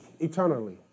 Eternally